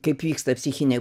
kaip vyksta psichiniai